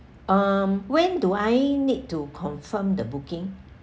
um when do I need to confirm the booking